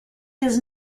his